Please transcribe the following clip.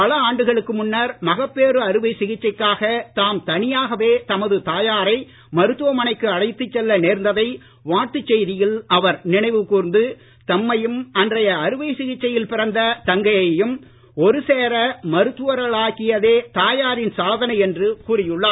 பல ஆண்டுகளுக்கு முன்னர் மகப்பேறு அறுவை சிகிச்சைக்காக தாம் தனியாகவே தமது தாயாரை மருத்துவமனைக்கு அழைத்துச் செல்ல நேர்ந்ததை வாழ்த்துச் செய்தியில் அவர் நினைவு கூர்ந்து தம்மையும் அன்றைய அறுவை சிகிச்சையில் பிறந்த தங்கையையும் ஒரு சேர மருத்துவர்களாக்கியதே தாயாரின் சாதனை என்று கூறி உள்ளார்